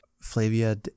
Flavia